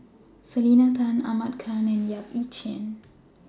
Selena Tan Ahmad Khan and Yap Ee Chian